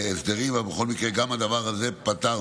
ההסדרים, אבל בכל מקרה, גם את הדבר הזה פתרנו.